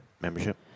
membership